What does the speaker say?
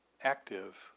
active